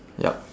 yup